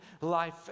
life